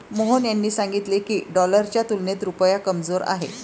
मोहन यांनी सांगितले की, डॉलरच्या तुलनेत रुपया कमजोर आहे